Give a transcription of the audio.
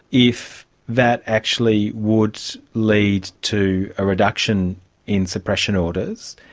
if that actually would lead to a reduction in suppression orders,